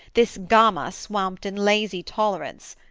this gama swamped in lazy tolerance.